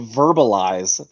verbalize